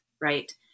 right